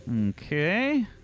okay